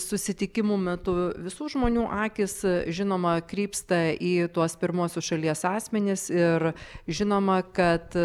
susitikimų metu visų žmonių akys žinoma krypsta į tuos pirmuosius šalies asmenis ir žinoma kad